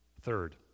Third